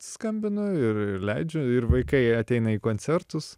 skambinu ir leidžiu ir vaikai ateina į koncertus